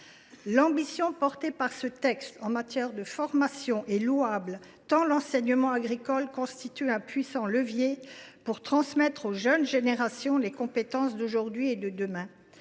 L’ambition de ce texte en matière de formation est louable tant l’enseignement agricole constitue un puissant levier pour transmettre aux jeunes générations les compétences d’aujourd’hui et de demain.